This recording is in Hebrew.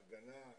ההגנה,